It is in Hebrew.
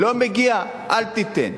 לא מגיע, אל תיתן.